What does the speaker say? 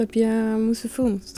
apie mūsų filmus